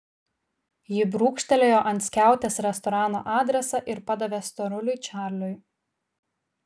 ji brūkštelėjo ant skiautės restorano adresą ir padavė storuliui čarliui